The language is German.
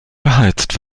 beheizt